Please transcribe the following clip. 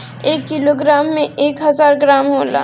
एक किलोग्राम में एक हजार ग्राम होला